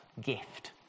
gift